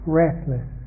restless